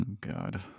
God